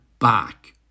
Back